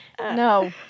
No